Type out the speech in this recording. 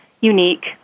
unique